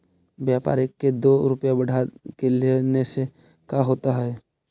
व्यापारिक के दो रूपया बढ़ा के लेने से का होता है?